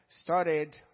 started